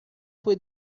fue